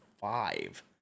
five